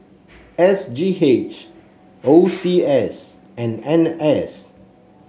S G H O C S and N S